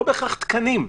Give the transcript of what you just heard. לא בהכרח תקנים,